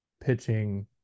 pitching